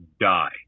die